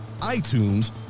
itunes